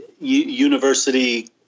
university